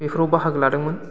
बेफोराव बाहागो लादोंमोन